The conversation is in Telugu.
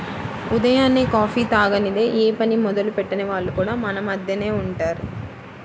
ఉదయాన్నే కాఫీ తాగనిదె యే పని మొదలెట్టని వాళ్లు కూడా మన మద్దెనే ఉంటారు